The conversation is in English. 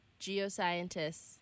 geoscientists